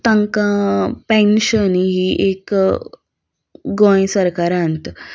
तांकां पेन्शन ही एक गोंय सरकार